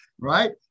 Right